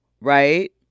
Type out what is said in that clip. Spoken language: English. right